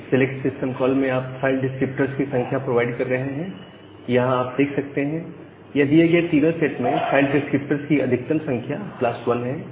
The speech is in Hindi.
इस सिलेक्ट सिस्टम कॉल में आप फाइल डिस्क्रिप्टर्स की संख्या प्रोवाइड कर रहे हैं यहां आप देख सकते हैं यह दिए गए तीनों सेट में फाइल डिस्क्रिप्टर्स की अधिकतम संख्या प्लस वन है